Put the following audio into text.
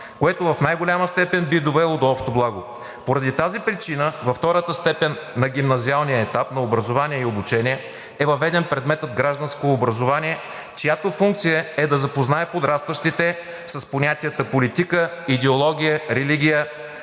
което в най-голяма степен би довело до общо благо. Поради тази причина във втората степен на гимназиалния етап на образование и обучение е въведен предметът „Гражданско образование“, чиято функция е да запознае подрастващите с понятията политика, идеология, религия,